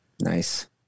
Nice